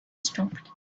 stopped